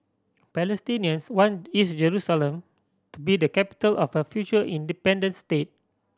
palestinians want East Jerusalem to be the capital of a future independent state